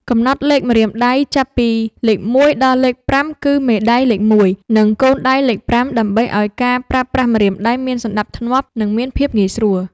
កំណត់លេខម្រាមដៃចាប់ពីលេខមួយដល់លេខប្រាំគឺមេដៃលេខមួយ និងកូនដៃលេខប្រាំដើម្បីឱ្យការប្រើប្រាស់ម្រាមដៃមានសណ្តាប់ធ្នាប់ និងមានភាពងាយស្រួល។